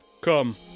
Come